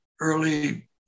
early